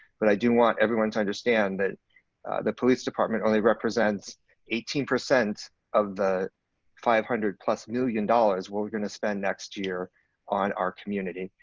but i do want everyone to understand that the police department only represents eighteen percent of the five hundred plus million dollars that we're going to spend next year on our community.